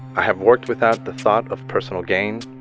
i have worked without the thought of personal gain,